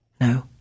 No